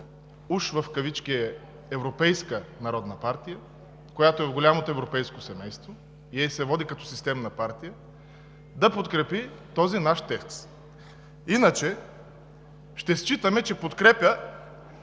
партия“, която е в голямото европейско семейство и се води като системна партия, да подкрепи този наш текст, иначе ще считаме, че подкрепя